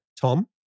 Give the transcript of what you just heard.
Tom